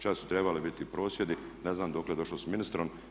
Čak su trebali biti prosvjedi, ne znam dokle je došlo s ministrom.